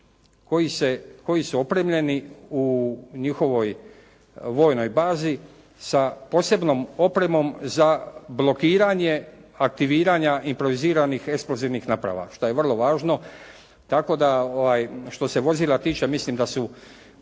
koji su opremljeni u njihovoj vojnoj bazi sa posebnom opremom za blokiranje aktiviranja improviziranih eksplozivnih naprava što je vrlo važno. Tako da što se vozila tiče mislim da su